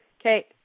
Okay